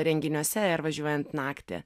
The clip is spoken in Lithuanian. renginiuose ir važiuojant naktį